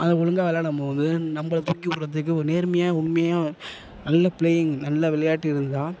அதை ஒழுங்காக விளாடம்போது நம்பளை தூக்கி விட்றதுக்கு ஒரு நேர்மையாக உண்மையாக நல்ல ப்ளேயிங் நல்ல விளையாட்டு இருந்தா